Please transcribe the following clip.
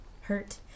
hurt